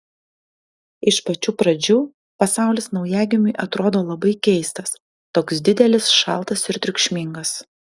iš pačių pradžių pasaulis naujagimiui atrodo labai keistas toks didelis šaltas ir triukšmingas